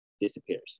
disappears